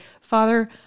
Father